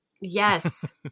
Yes